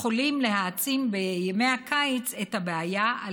יכולים להעצים בימי הקיץ את הבעיה על